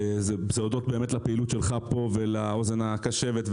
וזה הודות לפעילות שלך פה ולאוזן הקשבת,